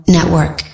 Network